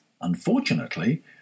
unfortunately